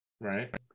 right